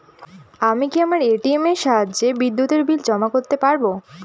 আমি কি আমার এ.টি.এম এর সাহায্যে বিদ্যুতের বিল জমা করতে পারব?